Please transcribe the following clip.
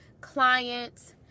clients